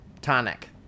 tonic